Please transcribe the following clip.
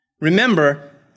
Remember